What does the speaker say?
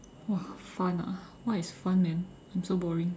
!wah! fun ah what is fun man I'm so boring